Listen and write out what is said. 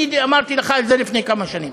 אני אמרתי לך את זה לפני כמה שנים,